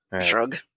Shrug